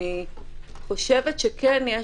אני חושבת שכן יש,